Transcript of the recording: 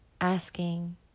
asking